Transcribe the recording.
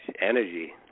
energy